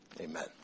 Amen